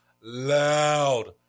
loud